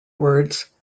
words